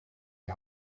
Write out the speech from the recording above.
die